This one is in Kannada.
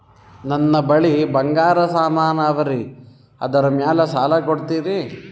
ನನ್ನ ಬಳಿ ಬಂಗಾರ ಸಾಮಾನ ಅವರಿ ಅದರ ಮ್ಯಾಲ ಸಾಲ ಕೊಡ್ತೀರಿ?